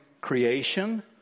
creation